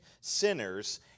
sinners